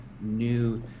new